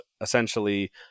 essentially